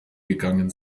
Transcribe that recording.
gegangen